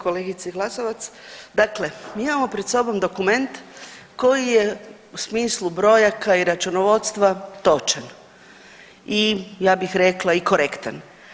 Kolegice Glasovac, dakle mi imamo pred sobom dokument koji je u smislu brojaka i računovodstva točan i ja bih rekla i korektan.